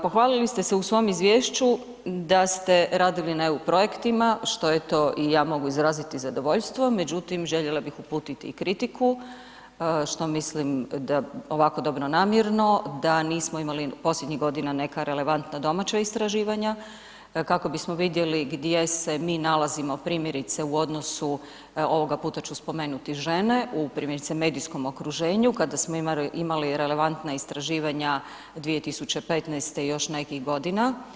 Pohvalili ste se u svom izvješću da ste radili na eu projektima, što je to i ja mogu izraziti zadovoljstvo, međutim željela bih uputiti i kritiku što mislim ovako dobro namjerno da nismo imali posljednjih godina neka relevantna domaća istraživanja kako bismo vidjeli gdje se mi nalazimo primjerice u odnosu, ovoga puta ću spomenuti žene u primjerice medijskom okruženju kada smo imali relevantna istraživanja 2015. i još nekih godina.